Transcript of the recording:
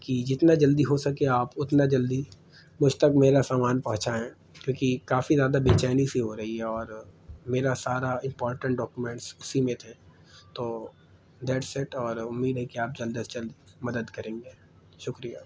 کہ جتنا جلدی ہو سکے آپ اتنا جلدی مجھ تک میرا سامان پہنچائیں کیونکہ کافی زیادہ بےچینی سی ہو رہی ہے اور میرا سارا امپارٹنٹ ڈاکومنٹس اسی میں تھے تو دیٹس اٹ اور امید ہے کہ آپ جلد از جلد مدد کریں گے شکریہ